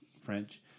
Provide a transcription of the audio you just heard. French